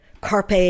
Carpe